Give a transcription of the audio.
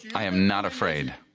i am not afraid!